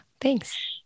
Thanks